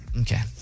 Okay